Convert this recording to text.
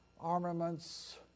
armaments